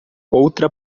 outra